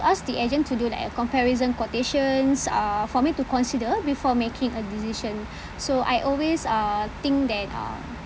ask the agent to do like a comparison quotations uh for me to consider before making a decision so I always uh think that uh